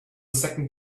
second